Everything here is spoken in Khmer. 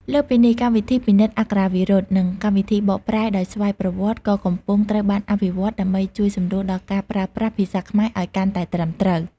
លើសពីនេះ កម្មវិធីពិនិត្យអក្ខរាវិរុទ្ធ និងកម្មវិធីបកប្រែដោយស្វ័យប្រវត្តិ ក៏កំពុងត្រូវបានអភិវឌ្ឍដើម្បីជួយសម្រួលដល់ការប្រើប្រាស់ ភាសាខ្មែរឱ្យកាន់តែត្រឹមត្រូវ។